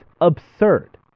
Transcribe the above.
absurd